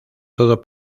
todo